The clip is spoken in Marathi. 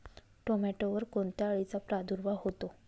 टोमॅटोवर कोणत्या अळीचा प्रादुर्भाव होतो?